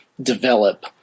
develop